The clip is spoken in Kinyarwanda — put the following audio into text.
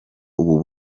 ubu